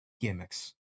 gimmicks